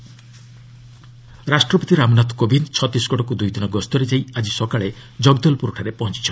ପ୍ରେଜ୍ ଛତିଶଗଡ଼ ରାଷ୍ଟ୍ରପତି ରାମନାଥ କୋବିନ୍ଦ୍ ଛତିଶଗଡ଼କୁ ଦୁଇ ଦିନ ଗସ୍ତରେ ଯାଇ ଆକି ସକାଳେ ଜଗଦଲ୍ପୁରଠାରେ ପହଞ୍ଚୁଛନ୍ତି